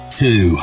two